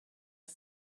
are